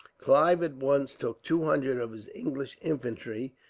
clive at once took two hundred of his english infantry,